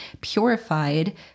purified